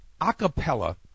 acapella